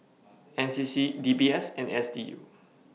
NCC DBS and SDU